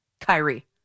Kyrie